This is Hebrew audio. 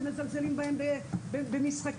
שמזלזלים בהם במשחקים.